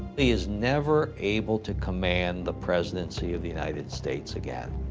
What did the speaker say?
he is never able to command the presidency of the united states again.